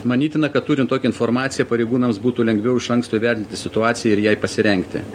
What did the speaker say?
manytina kad turint tokią informaciją pareigūnams būtų lengviau iš anksto vertinti situaciją ir jai pasirengti